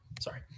Sorry